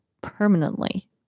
permanently